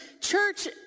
church